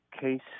case